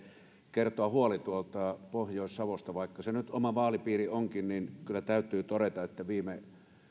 kertoa huolen tuolta pohjois savosta vaikka se nyt oma vaalipiiri onkin niin kyllä täytyy todeta että viime